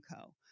Co